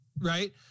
Right